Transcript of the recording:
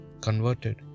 converted